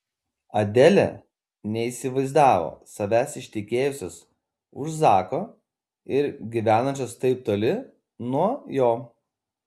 adelė neįsivaizdavo savęs ištekėjusios už zako ir gyvenančios taip toli nuo jo